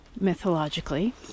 mythologically